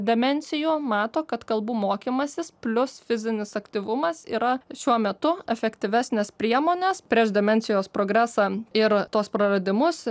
demencijų mato kad kalbų mokymasis plius fizinis aktyvumas yra šiuo metu efektyvesnės priemonės prieš demencijos progresą ir tuos praradimus